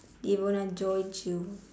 devona joy chew